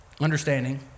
understanding